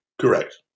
Correct